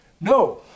No